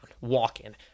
Walk-in